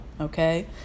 okay